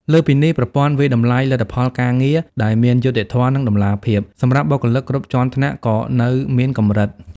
លើសពីនេះ ប្រព័ន្ធវាយតម្លៃលទ្ធផលការងារ ដែលមានយុត្តិធម៌ និងតម្លាភាព សម្រាប់បុគ្គលិកគ្រប់ជាន់ថ្នាក់ក៏នៅមានកម្រិត។